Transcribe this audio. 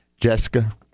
jessica